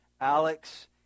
Alex